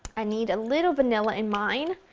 i need a little vanilla in mine.